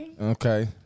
Okay